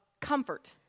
comfort